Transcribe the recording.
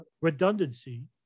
redundancy